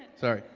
sorry,